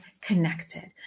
connected